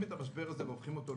את המשבר הזה והופכים אותו להזדמנות?